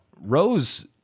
Rose